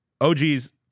OGs